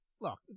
Look